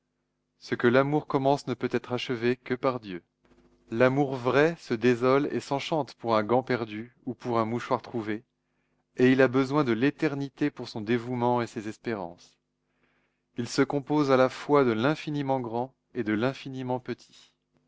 ce que l'amour commence ne peut être achevé que par dieu l'amour vrai se désole et s'enchante pour un gant perdu ou pour un mouchoir trouvé et il a besoin de l'éternité pour son dévouement et ses espérances il se compose à la fois de l'infiniment grand et de l'infiniment petit